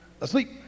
asleep